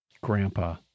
Grandpa